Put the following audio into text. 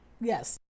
Yes